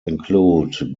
include